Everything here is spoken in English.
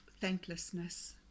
thanklessness